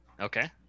okay